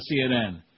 CNN